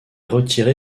retiré